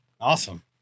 Awesome